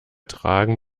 tragen